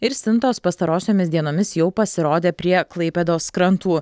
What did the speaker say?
ir stintos pastarosiomis dienomis jau pasirodė prie klaipėdos krantų